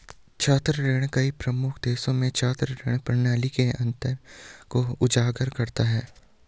छात्र ऋण कई प्रमुख देशों में छात्र ऋण प्रणाली के अंतर को उजागर करता है